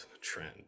trend